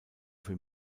für